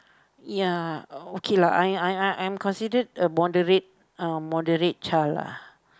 ya okay lah I considerate a moderate child lah